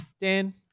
Dan